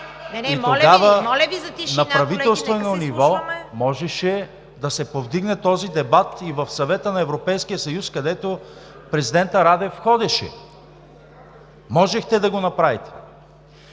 …и тогава на правителствено ниво можеше да се повдигне този дебат и в Съвета на Европейския съюз, където президентът Радев ходеше. Можехте да го направите!